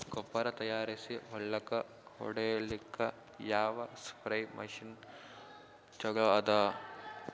ಗೊಬ್ಬರ ತಯಾರಿಸಿ ಹೊಳ್ಳಕ ಹೊಡೇಲ್ಲಿಕ ಯಾವ ಸ್ಪ್ರಯ್ ಮಷಿನ್ ಚಲೋ ಅದ?